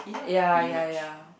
ya ya ya